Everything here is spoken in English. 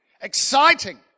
exciting